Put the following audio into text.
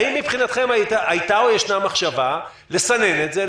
האם מבחינתכם הייתה מחשבה לסנן את זה,